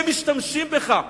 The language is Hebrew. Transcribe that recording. והם משתמשים בך.